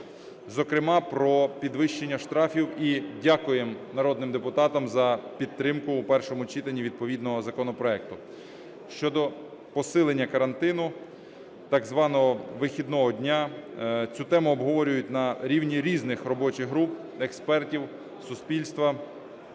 зокрема про підвищення штрафів. І дякуємо народним депутатам за підтримку у першому читанні відповідного законопроекту. Щодо посилення карантину так званого вихідного дня. Цю тему обговорюють на рівні різних робочих груп, експертів, суспільства.